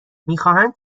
میخواهند